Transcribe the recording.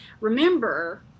remember